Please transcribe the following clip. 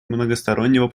многостороннего